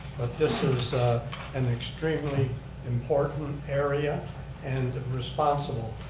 but this is an extremely important area and responsible.